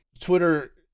Twitter